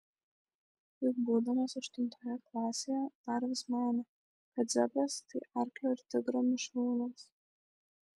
juk būdamas aštuntoje klasėje dar vis manė kad zebras tai arklio ir tigro mišrūnas